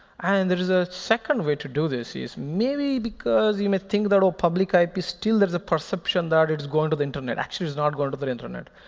and there is a second way to do this, is maybe because you might think they're all public ips, still there's a perception that it's going to the internet. actually, it's not going to the internet.